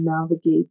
navigate